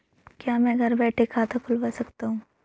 क्या मैं घर बैठे खाता खुलवा सकता हूँ?